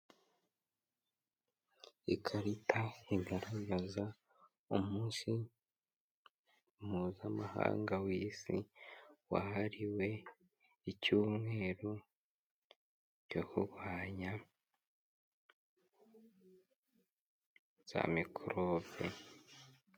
Ikarita igaragaza umunsi mpuzamahanga w'isi wahariwe icyumweru cyo kurwanya za mikorobe.